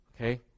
okay